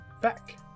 back